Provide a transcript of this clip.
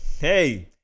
hey